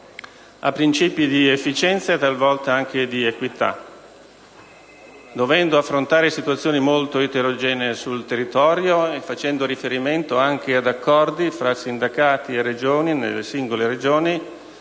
a principi di efficienza e talvolta anche di equità, dovendo affrontare situazioni molto eterogenee sul territorio e facendo riferimento anche ad accordi tra sindacati e Regioni nelle singole Regioni,